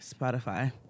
Spotify